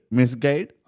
misguide